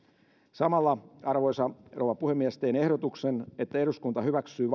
arvoisa rouva puhemies samalla teen ehdotuksen että eduskunta hyväksyy